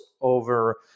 over